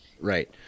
right